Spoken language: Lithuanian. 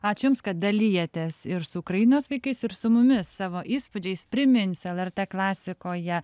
ačiū jums kad dalijatės ir su ukrainos vaikais ir su mumis savo įspūdžiais priminsiu lrt klasikoje